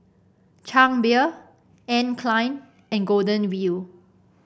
Chang Beer Anne Klein and Golden Wheel